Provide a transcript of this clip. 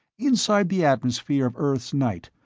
inside the atmosphere of earth's night,